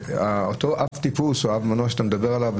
אותו אב טיפוס או אב מנוע שאתה מדבר עליו,